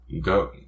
go